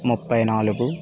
ముప్పై నాలుగు